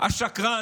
השקרן,